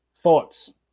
thoughts